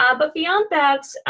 ah but beyond that,